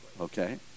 Okay